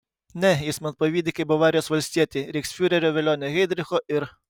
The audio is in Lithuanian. ne jis man pavydi kaip bavarijos valstietė reichsfiurerio velionio heidricho ir